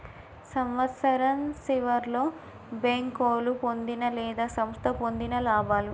సంవత్సరం సివర్లో బేంకోలు పొందిన లేదా సంస్థ పొందిన లాభాలు